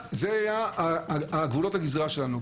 אלה היו גבולות הגזרה שלנו.